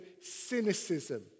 cynicism